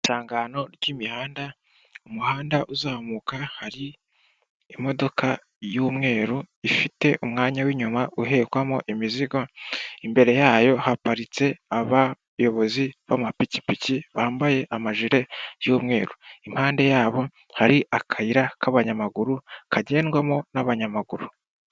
Isangano ry'imihanda umuhanda uzamuka hari imodoka y'umweru ifite umwanya w'inyuma uhekwamo imizigo, imbere yayo haparitse abayobozi b'amapikipiki bambaye amajire y'umweru, impande yabo hari akayira k'abanyamaguru kagendwamo n'abanyamaguru.